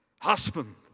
Husband